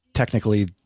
Technically